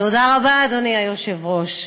תודה רבה, אדוני היושב-ראש.